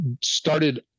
started